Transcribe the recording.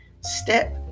Step